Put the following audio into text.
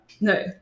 No